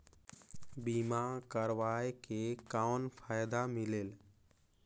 बीमा करवाय के कौन फाइदा मिलेल?